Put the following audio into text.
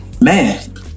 man